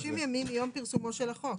90 ימים מיום פרסומו של החוק.